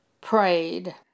Prayed